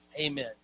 amen